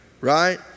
right